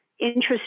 interest